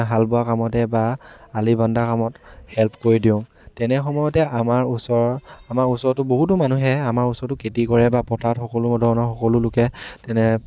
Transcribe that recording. হাল বোৱা কামতে বা আলি বন্ধা কামত হেল্প কৰি দিওঁ তেনে সময়তে আমাৰ ওচৰৰ আমাৰ ওচৰতো বহুতো মানুহে আমাৰ ওচৰতো খেতি কৰে বা পথাৰত সকলো ধৰণৰ সকলো লোকে তেনে